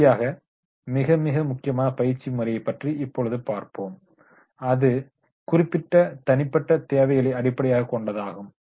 இறுதியாக மிக மிக முக்கியமான பயிற்சி முறையைப் பற்றி இப்போது பார்ப்போம் அது குறிப்பிட்ட தனிப்பட்ட தேவைகளை அடிப்படையாகக் கொண்டதாகும்